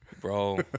Bro